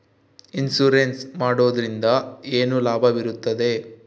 Insurance ಮಾಡೋದ್ರಿಂದ ಏನು ಲಾಭವಿರುತ್ತದೆ?